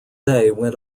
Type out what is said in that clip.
went